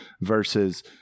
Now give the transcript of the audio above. versus